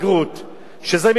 שזה מבחני סאלד,